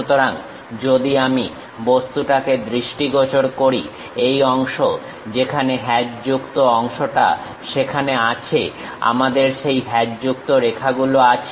সুতরাং যদি আমি বস্তুটাকে দৃষ্টিগোচর করি এই অংশ যেখানে হ্যাচযুক্ত অংশটা সেখানে আছে আমাদের সেই হ্যাচযুক্ত রেখাগুলো আছে